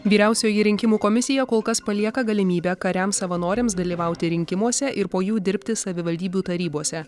vyriausioji rinkimų komisija kol kas palieka galimybę kariams savanoriams dalyvauti rinkimuose ir po jų dirbti savivaldybių tarybose